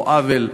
או עוול,